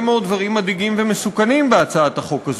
מאוד דברים מדאיגים ומסוכנים בהצעת החוק הזו.